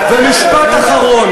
ומשפט אחרון: